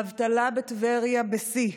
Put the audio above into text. האבטלה בטבריה בשיא,